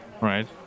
Right